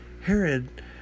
Herod